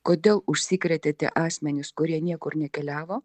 kodėl užsikrėtė tie asmenys kurie niekur nekeliavo